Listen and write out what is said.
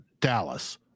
Dallas